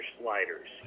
Sliders